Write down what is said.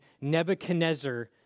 Nebuchadnezzar